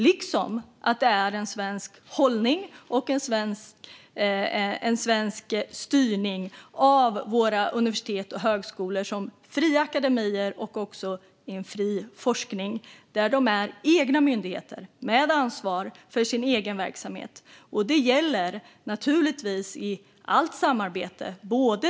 Likaså är det en svensk hållning att utöva svensk styrning av universitet och högskolor såtillvida att de är fria akademier med fri forskning. De är egna myndigheter med ansvar för sin egen verksamhet. Det gäller naturligtvis i allt samarbete.